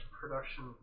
production